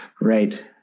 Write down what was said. Right